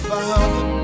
Father